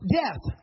death